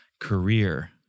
career